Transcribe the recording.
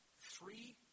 three